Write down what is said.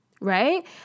right